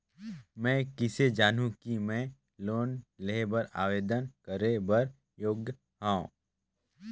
मैं किसे जानहूं कि मैं लोन लेहे बर आवेदन करे बर योग्य हंव?